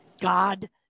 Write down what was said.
God